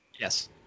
Yes